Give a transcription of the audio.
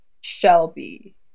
Shelby